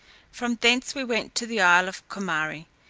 from thence we went to the isle of comari,